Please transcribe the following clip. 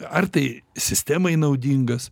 ar tai sistemai naudingas